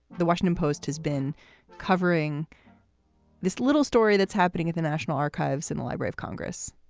the washington post has been covering this little story that's happening at the national archives in the library of congress,